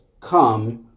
come